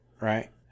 right